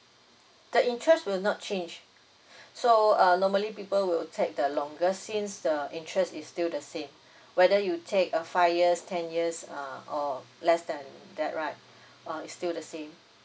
the interest will not change so uh normally people will take the longest since the interest is still the same whether you take a five years ten years uh or less than that right uh it's still the same